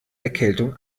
erkältung